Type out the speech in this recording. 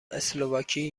اسلواکی